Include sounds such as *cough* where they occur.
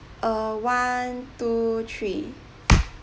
uh one two three *noise*